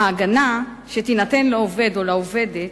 ההגנה שתינתן לעובד או לעובדת